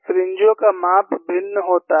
फ्रिन्जों का माप भिन्न होता है